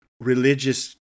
religious